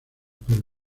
pero